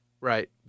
right